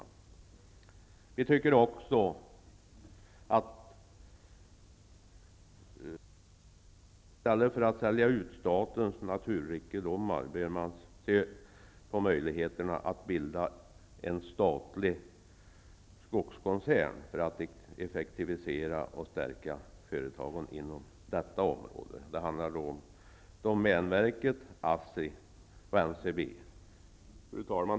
Regeringen bör också, i stället för att sälja ut statens naturrikedomar, se över möjligheterna att bilda en statlig skogskoncern för att effektivisera och stärka företagen inom detta område. Det handlar då om domänverket, ASSI och NCB. Fru talman!